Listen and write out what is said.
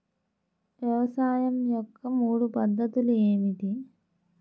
వ్యవసాయం యొక్క మూడు పద్ధతులు ఏమిటి?